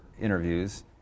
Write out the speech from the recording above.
interviews